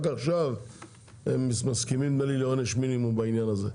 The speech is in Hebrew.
רק עכשיו הם מסכימים נדמה לי לעונש מינימום בעניין הזה.